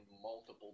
multiple